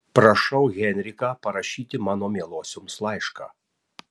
prašau henriką parašyti mano mielosioms laišką